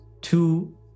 two